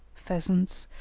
pheasants,